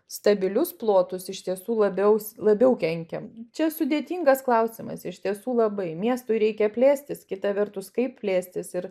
stabilius plotus iš tiesų labiau labiau kenkiam čia sudėtingas klausimas iš tiesų labai miestui reikia plėstis kita vertus kaip plėstis ir